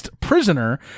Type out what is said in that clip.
prisoner